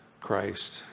Christ